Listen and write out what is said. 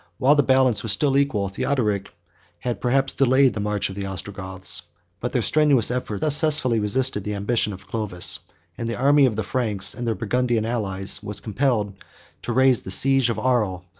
while the balance was still equal, theodoric had perhaps delayed the march of the ostrogoths but their strenuous efforts successfully resisted the ambition of clovis and the army of the franks, and their burgundian allies, was compelled to raise the siege of arles,